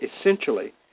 essentially